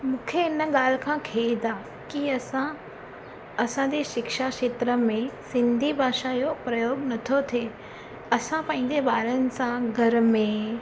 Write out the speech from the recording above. मूंखे हिन ॻाल्हि खां खेद आहे की असां असांजे शिक्षा खेत्र में सिंधी भाषा जो प्रयोग नथो थिए असां पंहिंजे ॿारनि सां घर में